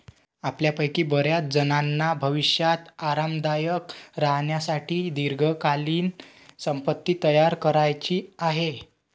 आपल्यापैकी बर्याचजणांना भविष्यात आरामदायक राहण्यासाठी दीर्घकालीन संपत्ती तयार करायची आहे